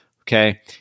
Okay